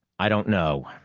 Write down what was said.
i don't know.